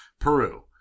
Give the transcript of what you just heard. Peru